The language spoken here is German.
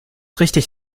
richtig